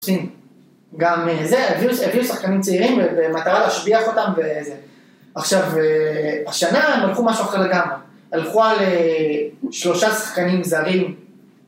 גם זה, הביאו שחקנים צעירים ומטרה להשביח אותם וזה, עכשיו השנה הם הלכו משהו אחר לגמרי הלכו על שלושה שחקנים זרים